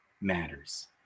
matters